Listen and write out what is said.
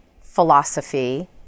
philosophy